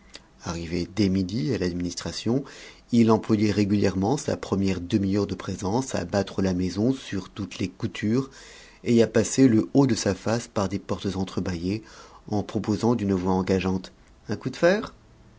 arrivé dès midi à l'administration il employait régulièrement sa première demi-heure de présence à battre la maison sur toutes les coutures et à passer le haut de sa face par des portes entrebâillées en proposant d'une voix engageante un coup de fer